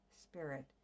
spirit